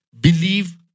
believe